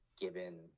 given